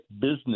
business